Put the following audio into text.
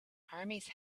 armies